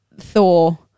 thor